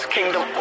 Kingdom